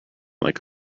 like